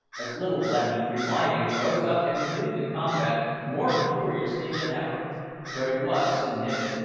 as little blenny, reviving, rose up and renewed the combat more furiously than ever but it was soon ended,